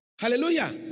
Hallelujah